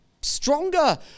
stronger